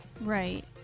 Right